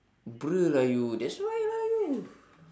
bruh lah you that's why lah you